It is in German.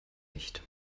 nicht